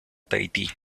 tahití